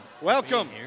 Welcome